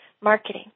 Marketing